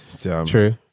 true